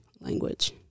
language